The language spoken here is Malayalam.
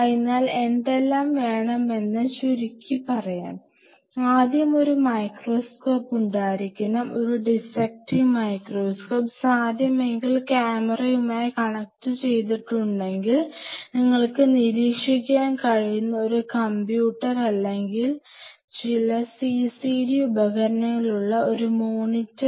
അതിനാൽ എന്തെല്ലാം വേണമെന്ന് ഒന്ന് ചുരുക്കി പറയാം ആദ്യം ഒരു മൈക്രോസ്കോപ്പ് ഉണ്ടായിരിക്കണം ഒരു ഡിസ്സെക്റ്റിംഗ് മൈക്രോസ്കോപ്പ് സാധ്യമെങ്കിൽ ക്യാമറയുമായി കണക്റ്റു ചെയ്തിട്ടുണ്ടെങ്കിൽ നിങ്ങൾക്ക് നിരീക്ഷിക്കാൻ കഴിയുന്ന ഒരു കമ്പ്യൂട്ടർ അല്ലെങ്കിൽ ചില സിസിഡി CCD ഉപകരണങ്ങളുള്ള ഒരുമോണിറ്റർ